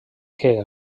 que